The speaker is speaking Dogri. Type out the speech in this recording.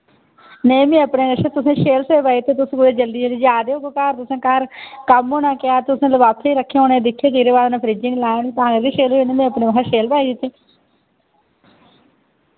नेईं मैं अपने कशा तुसें शैल सेब पाई दित्ते तुस कुतै जल्दी जल्दी जा दे होगेओ घर तुसें घर कम्म होना गै तुसें लफाफे रक्खे होने तुसें दिक्खे चिरें बाद होने फ्रिजे निं लाए होने तां करियै तां करियै शैल निं होए होने निं तां अपने हा में शैल पाई दित्ते